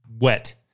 Wet